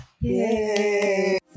Yay